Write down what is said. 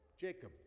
Jacob